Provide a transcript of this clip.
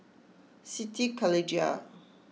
Siti Khalijah